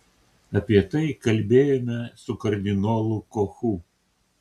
apie tai kalbėjome su kardinolu kochu